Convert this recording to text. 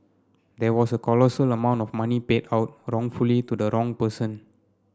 there was a colossal amount of money paid out wrongfully to the wrong person